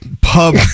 pub